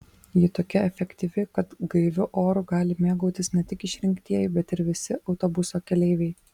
ji tokia efektyvi kad gaiviu oru gali mėgautis ne tik išrinktieji bet ir visi autobuso keleiviai